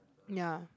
ya